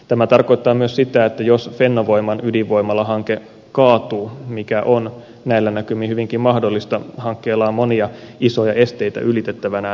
tämä tarkoittaa myös sitä että jos fennovoiman ydinvoimalahanke kaatuu mikä on näillä näkymin hyvinkin mahdollista hankkeella on monia isoja esteitä ylitettävänään